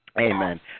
Amen